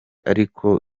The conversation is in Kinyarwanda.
ariko